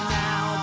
now